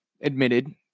admitted